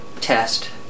test